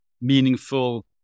meaningful